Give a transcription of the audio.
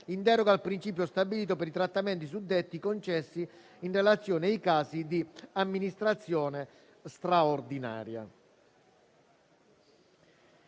in deroga al principio stabilito per i trattamenti suddetti concessi in relazione ai casi di amministrazione straordinaria;